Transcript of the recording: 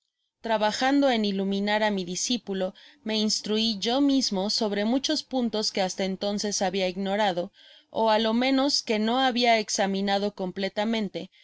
trabajando en iluminar á mi discípulo me instruí yo mismo sobre muchos puntos que hasta entonces habia ignorado á jo menos que no habia examinado completamente